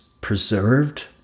preserved